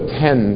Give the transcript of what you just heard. ten